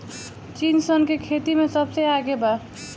चीन सन के खेती में सबसे आगे बा